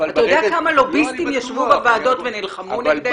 אתה יודע כמה לוביסטים ישבו בוועדות ונלחמו נגדנו.